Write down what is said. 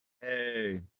Hey